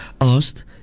asked